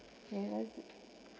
where is it